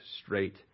straight